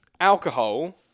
alcohol